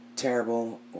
terrible